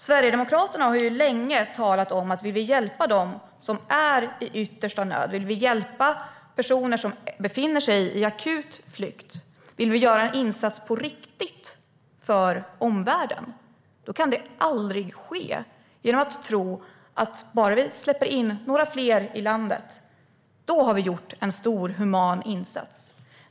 Sverigedemokraterna har länge talat om att om vi vill hjälpa dem som är i yttersta nöd, om vi vill hjälpa personer som befinner sig i en akut flykt-situation och om vi vill göra en insats på riktigt för omvärlden kan det aldrig ske genom att tro att vi har gjort en stor human insats bara vi släpper in några fler i landet.